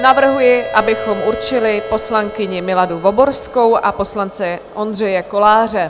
Navrhuji, abychom určili poslankyni Miladu Voborskou a poslance Ondřeje Koláře.